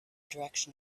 direction